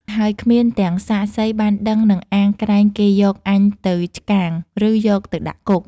ហើយគ្មានទាំងសាក្សីបានដឹងនឹងអាងក្រែងគេយកអញទៅឆ្កាង ឬយកទៅដាក់គុក” ។